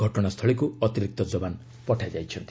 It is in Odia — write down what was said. ଘଟଣାସ୍ଥଳୀକ୍ର ଅତିରିକ୍ତ ଯବାନ ପଠାଯାଇଛନ୍ତି